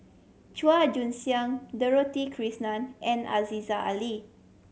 Chua Joon Siang Dorothy Krishnan and Aziza Ali